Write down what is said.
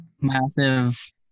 massive